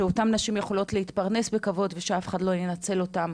שאותן נשים יוכלו להתפרנס בכבוד ושאף אחד לא ינצל אותן.